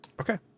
Okay